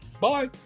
Bye